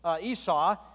Esau